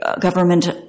government